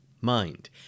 mind